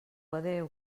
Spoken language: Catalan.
adéu